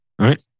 right